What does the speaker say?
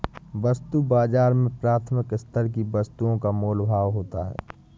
वस्तु बाजार में प्राथमिक स्तर की वस्तुओं का मोल भाव होता है